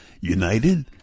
united